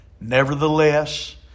Nevertheless